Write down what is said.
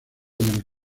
del